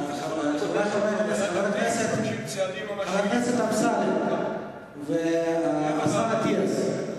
חבר הכנסת אמסלם והשר אטיאס,